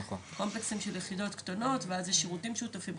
קומפלקסים של יחידות קטנות ואז יש שירותים משותפים,